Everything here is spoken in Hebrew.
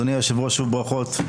אדוני היושב-ראש, שוב ברכות.